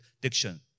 diction